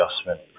adjustment